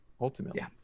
ultimately